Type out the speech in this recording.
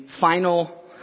final